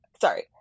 sorry